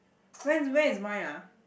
when's when is mine !huh!